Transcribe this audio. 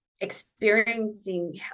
Experiencing